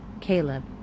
Caleb